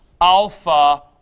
alpha